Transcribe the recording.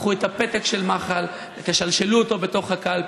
תיקחו את הפתק של מח"ל ותשלשלו אותו בתוך הקלפי.